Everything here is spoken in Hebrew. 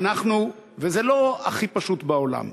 וזה לא הכי פשוט בעולם.